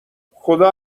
خدا